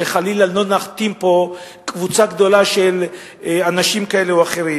שחלילה לא נכתים פה קבוצה גדולה של אנשים כאלה או אחרים,